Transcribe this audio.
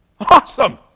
Awesome